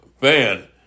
fan